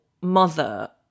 mother